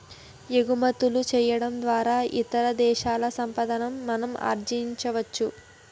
ఎగుమతులు చేయడం ద్వారా ఇతర దేశాల సంపాదన మనం ఆర్జించవచ్చు